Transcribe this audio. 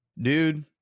Dude